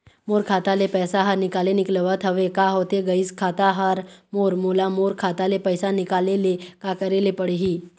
मोर खाता ले पैसा हर निकाले निकलत हवे, का होथे गइस खाता हर मोर, मोला मोर खाता ले पैसा निकाले ले का करे ले पड़ही?